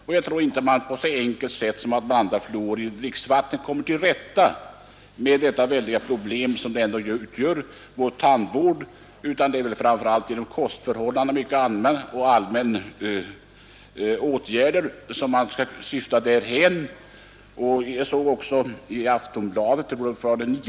Men jag tror inte att man på ett så enkelt sätt som genom att blanda fluor i dricksvattnet kommer till rätta med det väldiga problem som vår tandvård ändå utgör. Det är väl framför allt genom kostvård och andra åtgärder som man skall nå resultat.